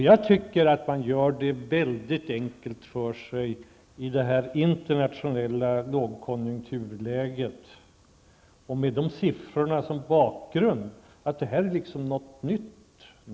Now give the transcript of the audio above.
Jag tycker att man gör det väldigt enkelt för sig i detta läge med internationell lågkonjunktur och med de siffrorna som bakgrund, när man säger att detta skulle vara något nytt.